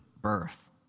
birth